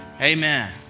Amen